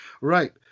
Right